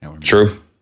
True